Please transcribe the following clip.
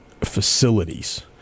facilities